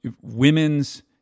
women's